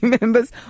members